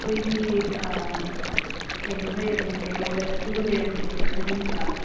ꯑꯩꯈꯣꯏꯒꯤ ꯀꯩꯅꯣꯝ ꯂꯩꯔꯝꯅꯤꯌꯦ ꯃꯪꯒꯟ ꯑꯁꯨꯕ ꯂꯩꯔꯝꯅꯤꯌꯦ ꯊꯣꯏꯗꯤꯡ ꯀꯩꯀꯥꯗꯣ